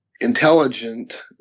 intelligent